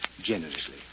generously